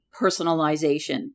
personalization